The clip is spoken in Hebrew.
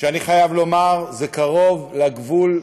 שאני חייב לומר, זה קרוב לגבול שלנו.